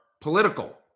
political